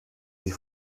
sie